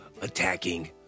attacking